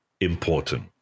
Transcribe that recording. important